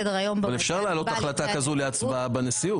סדר היום בא לפני --- אפשר להעלות החלטה כזו להצבעה בנשיאות.